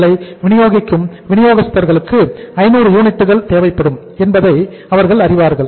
களை வினியோகிக்கும் வினியோகஸ்தர்களுக்கு 500 யூனிட்டுகள் தேவைப்படும் என்பதை அறிவார்கள்